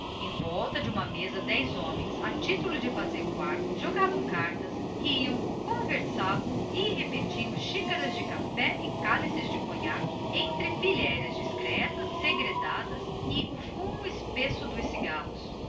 em volta de uma mesa dez homens a título de fazer quarto à defunta jogavam cartas conversando em voz discreta repetindo xícaras de café e cálices de conhaque entre pilhérias segredadas risos abafados e o fumo espesso dos cigarros